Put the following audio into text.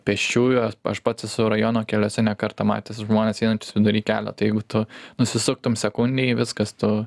pėsčiųjų aš pats esu rajono keliuose ne kartą matęs žmones einančius vidury kelio tai jeigu tu nusisuktum sekundei viskas tu